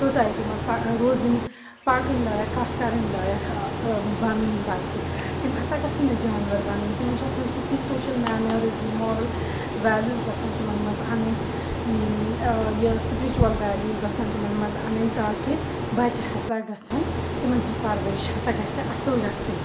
society منٛز روزٔن پَکٕنۍ لایَق کَتھ کَرٕنۍ لایَق آ بَنٕنۍ بَچہِ تِم ہَسا گَژھَن نہٕ جانوَر بَنٕنۍ تِمَن چھِ آسان تِتھی سوشَل مینٲرٕس دِنۍ مارَل ویلیوٗز آسان تِمَن منٛز اَنٕنۍ یہِ سُپرِیٖچوَل ویلیوٗز گَژھَن تِمَن منٛز اَنٕنۍ تہٕ تاکہِ بَچہِ ہَسا گَژھَن تِمَن منٛز پَرؤرِش ہَسا گَژھِ اَصٕل گَژھٕنۍ